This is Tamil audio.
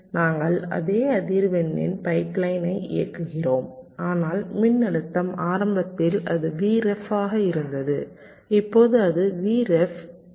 நாங்கள் அதே அதிர்வெண்ணில் பைப்லைனை இயக்குகிறோம் ஆனால் மின்னழுத்தம் ஆரம்பத்தில் அது Vref ஆக இருந்தது இப்போது அது Vref பை 1